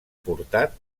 portat